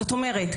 זאת אומרת,